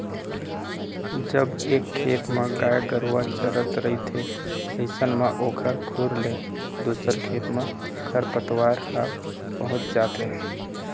जब एक खेत म गाय गरुवा चरत रहिथे अइसन म ओखर खुर ले दूसर खेत म खरपतवार ह पहुँच जाथे